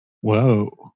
Whoa